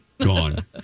Gone